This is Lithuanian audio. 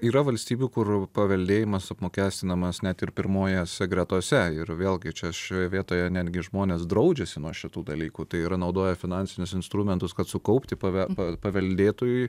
yra valstybių kur paveldėjimas apmokestinamas net ir pirmosiose gretose ir vėlgi čia šioje vietoje netgi žmonės draudžiasi nuo šitų dalykų tai yra naudoja finansinius instrumentus kad sukaupti pave pave paveldėtojui